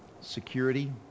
security